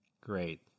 Great